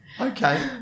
Okay